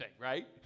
right